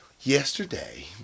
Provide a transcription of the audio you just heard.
Yesterday